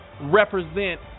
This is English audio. represent